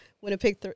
Winnipeg